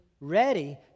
ready